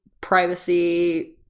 privacy